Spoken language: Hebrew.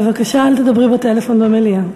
בבקשה אל תדברי בטלפון במליאה.